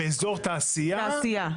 באזור תעשייה.